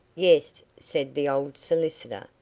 yes, said the old solicitor,